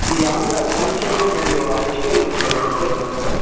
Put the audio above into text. ఈ ఆంధ్ర కల్చర్ మరియు ఆ ఫెస్టివల్ గురించి ఏమైనా ఎక్స్ప్లయిన్ చేస్తారా